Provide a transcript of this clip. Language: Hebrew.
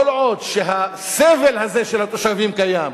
כל עוד הסבל הזה של התושבים קיים,